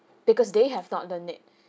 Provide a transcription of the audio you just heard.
because they have not learned it